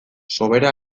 sobera